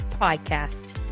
Podcast